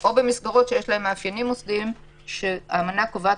או במסגרות שיש להן מאפיינים מוסדיים שהאמנה קובעת